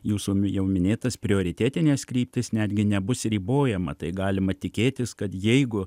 jūsų jau minėtas prioritetines kryptis netgi nebus ribojama tai galima tikėtis kad jeigu